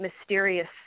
mysterious